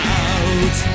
out